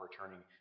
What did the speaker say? returning